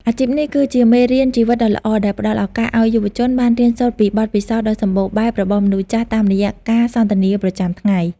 អាជីពនេះគឺជាមេរៀនជីវិតដ៏ល្អដែលផ្តល់ឱកាសឱ្យយុវជនបានរៀនសូត្រពីបទពិសោធន៍ដ៏សម្បូរបែបរបស់មនុស្សចាស់តាមរយៈការសន្ទនាប្រចាំថ្ងៃ។